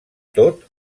tot